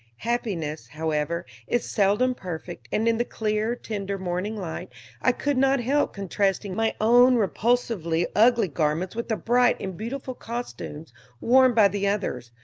happiness, however, is seldom perfect, and in the clear, tender morning light i could not help contrasting my own repulsively ugly garments with the bright and beautiful costumes worn by the others,